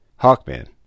Hawkman